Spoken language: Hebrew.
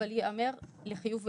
אבל ייאמר לחיוב,